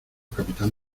capitán